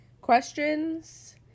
questions